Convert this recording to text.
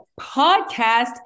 podcast